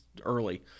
early